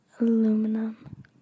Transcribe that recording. aluminum